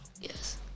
Yes